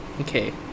Okay